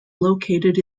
located